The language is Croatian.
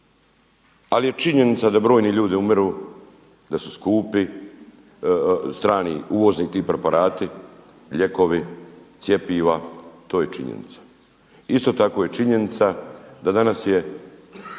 Ali je činjenica da brojni ljudi umiru, da su skupi strani uvozni ti preparati, lijekovi, cjepiva to je činjenica. Isto tako je činjenica da danas je